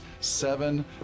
seven